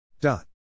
dot